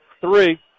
Three